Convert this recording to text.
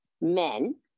men